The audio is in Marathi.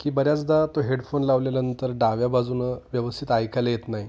की बऱ्याचदा तो हेडफोन लावल्यानंतर डाव्या बाजूनं व्यवस्थित ऐकायला येत नाही